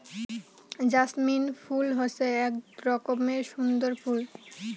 jasmine ফুল হসে আক রকমের সুন্দর ফুল